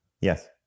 Yes